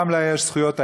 גם לה יש זכויות האישה,